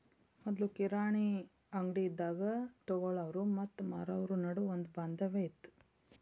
ಮೊದ್ಲು ಕಿರಾಣಿ ಅಂಗ್ಡಿ ಇದ್ದಾಗ ತೊಗೊಳಾವ್ರು ಮತ್ತ ಮಾರಾವ್ರು ನಡುವ ಒಂದ ಬಾಂಧವ್ಯ ಇತ್ತ